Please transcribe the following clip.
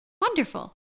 Wonderful